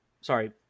Sorry